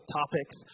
topics